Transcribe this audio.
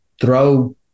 throw